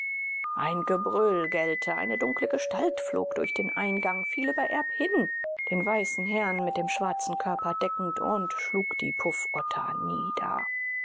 ein gebrüll gellte eine dunkle gestalt flog durch den eingang fiel über erb hin den weißen herrn mit dem schwarzen körper deckend und schlug die puffotter nieder